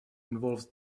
involves